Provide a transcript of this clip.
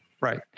Right